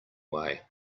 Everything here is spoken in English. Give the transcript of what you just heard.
way